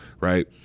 right